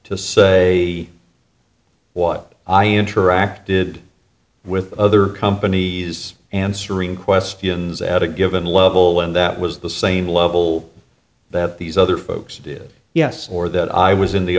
to say what i interacted with other companies answering questions at a given level and that was the same level that these other folks did yes or that i was